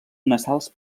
nasals